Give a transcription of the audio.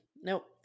Nope